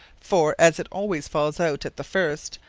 for, as it alwayes falls out at the first,